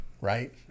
right